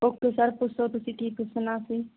okay sir ਪੁੱਛੋ ਤੁਸੀਂ ਕੀ ਪੁੱਛਣਾ ਸੀ